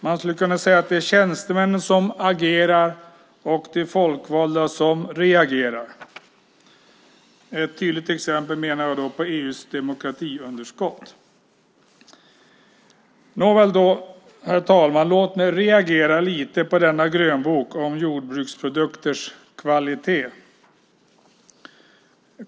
Man skulle kunna säga att det är tjänstemännen som agerar och de folkvalda som reagerar. Det är ett tydligt exempel på EU:s demokratiunderskott. Nåväl, herr talman, låt mig reagera lite på denna grönbok om jordbruksprodukters kvalitet.